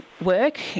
work